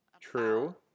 True